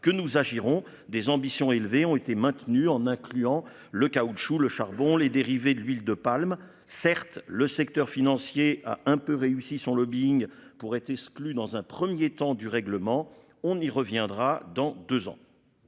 que nous agirons des ambitions élevées ont été maintenus en incluant le caoutchouc le charbon les dérivées de l'huile de palme. Certes, le secteur financier à un peu réussi son lobbying pour être exclu dans un 1er temps du règlement. On y reviendra dans 2 ans.